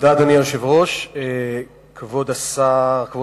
אדוני היושב-ראש, תודה, כבוד השרים,